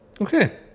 Okay